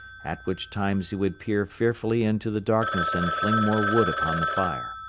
at which times he would peer fearfully into the darkness and fling more wood upon the fire.